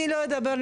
אני לא אדבר,